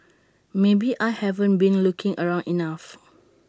maybe I haven't been looking around enough